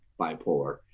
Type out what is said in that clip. bipolar